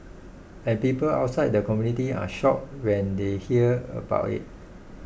and people outside the community are shocked when they hear about it